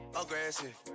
aggressive